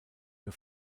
für